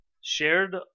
shared